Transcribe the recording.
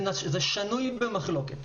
זה שנוי במחלוקת.